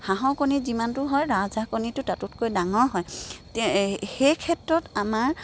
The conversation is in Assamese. হাঁহৰ কণী যিমানটো হয় ৰাজহাঁহ কণীটো তাতোতকৈ ডাঙৰ হয় তে সেই ক্ষেত্ৰত আমাৰ